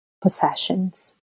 possessions